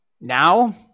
Now